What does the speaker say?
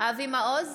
אבי מעוז,